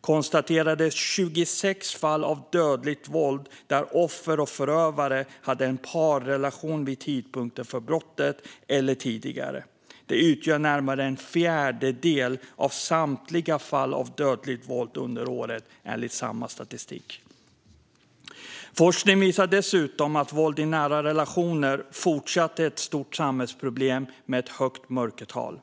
konstaterades 26 fall av dödligt våld där offer och förövare hade en parrelation vid tidpunkten för brottet eller tidigare. De utgör närmare en fjärdedel av samtliga fall av dödligt våld under året, enligt samma statistik. Forskning visar dessutom att våld i nära relationer fortfarande är ett stort samhällsproblem med ett stort mörkertal.